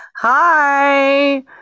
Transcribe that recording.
hi